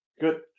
Good